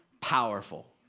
powerful